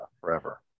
forever